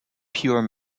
pure